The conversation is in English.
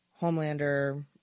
Homelander